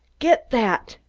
get that!